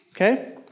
Okay